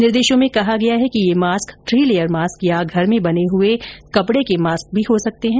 निर्देशों में कहा गया है कि ये मास्क थ्री लेयर मास्क या घर में बने हुए कपडे के मास्क भी हो सकते है